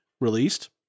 released